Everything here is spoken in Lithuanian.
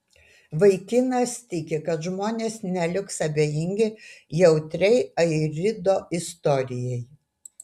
vaikinas tiki kad žmonės neliks abejingi jautriai airido istorijai